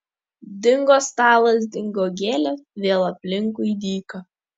dingo stalas dingo gėlės vėl aplinkui dyka